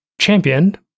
championed